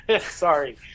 sorry